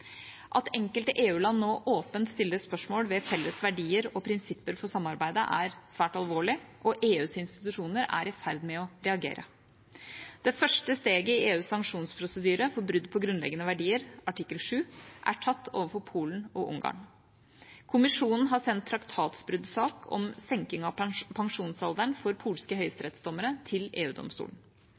At enkelte EU-land nå åpent stiller spørsmål ved felles verdier og prinsipper for samarbeidet, er svært alvorlig, og EUs institusjoner er i ferd med å reagere. Det første steget i EUs sanksjonsprosedyre for brudd på grunnleggende verdier, artikkel 7, er tatt overfor Polen og Ungarn. Kommisjonen har sendt traktatbruddsak om senking av pensjonsalderen for polske høyesterettsdommere til